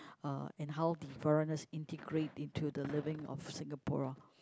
uh and how diverseness integrate into the living of Singapura